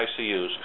ICUs